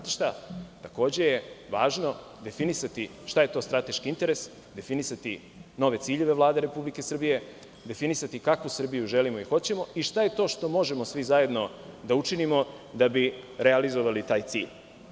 Takođe važno je definisati šta je to strateški interes, definisati nove ciljeve Vlade Republike Srbije, definisati kakvu Srbiju želimo i hoćemo i šta je to što možemo svi zajedno da učinimo da bi realizovali taj cilj.